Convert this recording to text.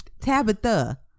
Tabitha